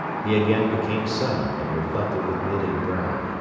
he again became silent and reflected with knitted brow.